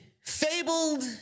fabled